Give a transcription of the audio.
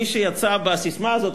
מי שיצא בססמה הזאת,